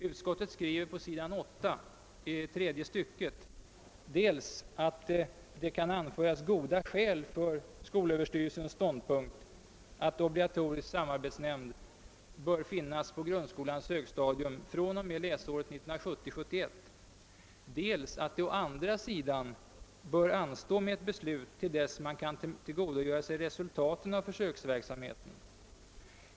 Utskottet skriver på sidan 8 i tredje stycket dels att det kan anföras goda skäl för skolöverstyrelsens ståndpunkt. att obligatorisk samarbetsnämnd bör finnas på grundskolans högstadium från och med läsåret 1970/71, dels att det å andra sidan bör anstå med ett beslut till dess man kan tillgodogöra sig resultaten av försöksverksamheten.